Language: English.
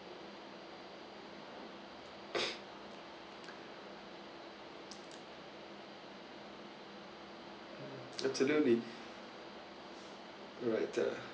absolutely alright uh